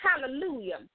hallelujah